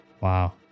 Wow